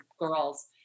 girls